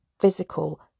physical